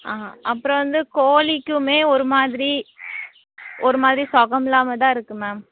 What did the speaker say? ஆ அப்புறோம் வந்து கோழிக்கும் ஒரு மாதிரி ஒரு மாதிரி சுகமில்லாமதான் இருக்குது மேம்